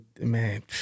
man